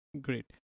Great